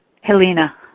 Helena